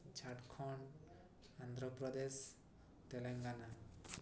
Jharkhand Andhra Pradesh Telangana